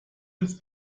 ins